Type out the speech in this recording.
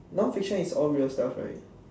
non fiction is all real stuff right